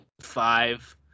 five